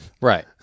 right